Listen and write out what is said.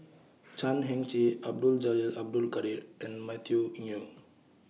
Chan Heng Chee Abdul Jalil Abdul Kadir and Matthew